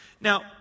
Now